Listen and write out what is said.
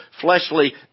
fleshly